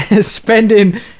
spending